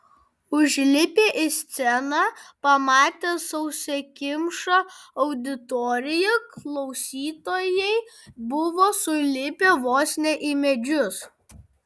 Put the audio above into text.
užlipę į sceną pamatė sausakimšą auditoriją klausytojai buvo sulipę vos ne į medžius